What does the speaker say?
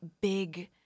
big